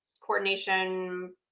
coordination